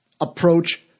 approach